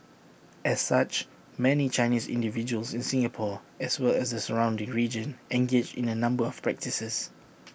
as such many Chinese individuals in Singapore as well as the surrounding region engage in A number of practices